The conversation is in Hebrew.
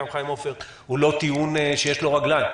חיים הופרט הוא לא טיעון שיש לו רגליים.